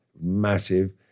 massive